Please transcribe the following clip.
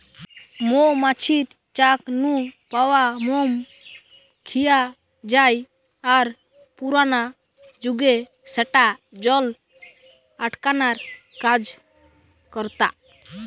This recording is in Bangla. মৌ মাছির চাক নু পাওয়া মম খিয়া জায় আর পুরানা জুগে স্যাটা জল আটকানার কাজ করতা